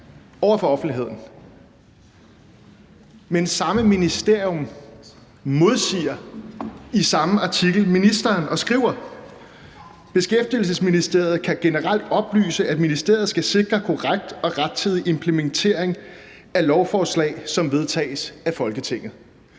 grundlovsstridigt. Men samme ministerium modsiger i samme artikel ministeren og skriver: Beskæftigelsesministeriet kan generelt oplyse, at ministeriet skal sikre korrekt og rettidig implementering af lovforslag, som vedtages af Folketinget.